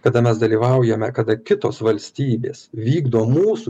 kada mes dalyvaujame kada kitos valstybės vykdo mūsų